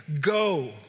go